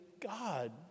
God